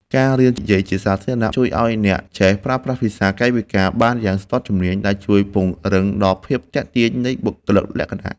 ការរៀននិយាយជាសាធារណៈជួយឱ្យអ្នកចេះប្រើប្រាស់ភាសាកាយវិការបានយ៉ាងស្ទាត់ជំនាញ ដែលជួយពង្រឹងដល់ភាពទាក់ទាញនៃបុគ្គលិកលក្ខណៈ។